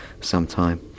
sometime